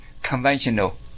conventional